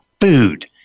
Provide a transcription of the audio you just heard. food